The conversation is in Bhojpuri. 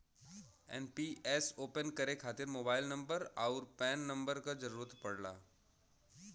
एन.पी.एस ओपन करे खातिर मोबाइल नंबर आउर पैन नंबर क जरुरत पड़ला